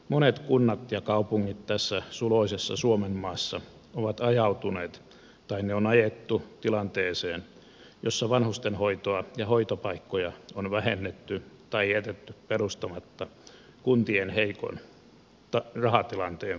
monet kunnat ja kaupungit tässä suloisessa suomenmaassa ovat ajautuneet tai ne on ajettu tilanteeseen jossa vanhusten hoitoa ja hoitopaikkoja on vähennetty tai jätetty perustamatta kun tien heikon rahatilanteen vuoksi